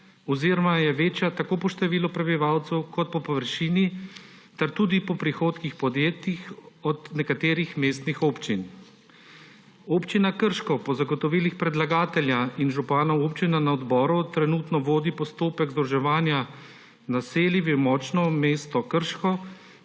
oziroma je večja tako po številu prebivalcev kot po površini ter tudi po prihodkih podjetij od nekaterih mestnih občin. Občina Krško po zagotovilih predlagatelja in župana občine na odboru trenutno vodi postopek združevanja naselij v močno mesto Krško,